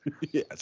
Yes